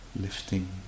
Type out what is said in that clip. lifting